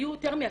היו יותר מ-10,